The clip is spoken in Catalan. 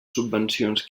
subvencions